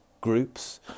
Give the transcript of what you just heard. groups